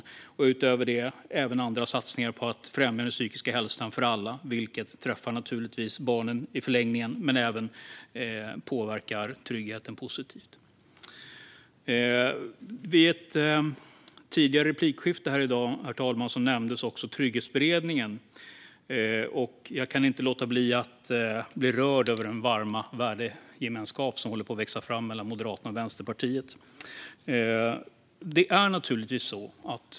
Utöver det är det även andra satsningar på att främja den psykiska hälsan för alla, vilket naturligtvis träffar barnen i förlängningen och även påverkar tryggheten positivt. Herr talman! Vid ett tidigare replikskifte i dag nämndes också Trygghetsberedningen. Jag kan inte låta bli att bli rörd av den varma värdegemenskap som håller på att växa fram mellan Moderaterna och Vänsterpartiet.